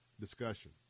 discussion